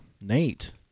Nate